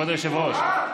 כבוד היושב-ראש?